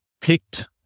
picked